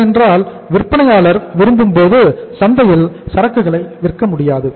ஏனென்றால் விற்பனையாளர் விரும்பும்போது சந்தையில் சரக்குகளை விற்க முடியாது